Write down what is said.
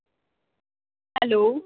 hello